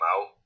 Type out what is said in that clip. out